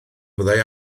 fyddai